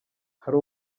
hari